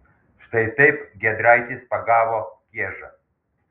štai taip giedraitis pagavo kiežą